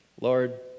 Lord